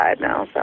now